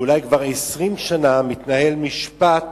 שאולי כבר 20 שנה מתנהל משפט